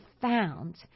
found